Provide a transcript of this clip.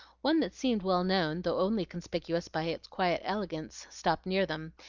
one that seemed well known, though only conspicuous by its quiet elegance, stopped near them,